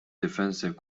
defensive